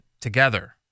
together